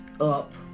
up